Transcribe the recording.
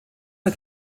der